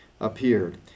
appeared